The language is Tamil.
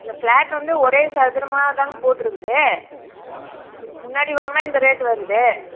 இல்லை ஃபிளாட் வந்து ஒரே சதுரமாக தாங்க போட்டிருக்குது முன்னாடி வாங்கினா இந்த ரேட் வருது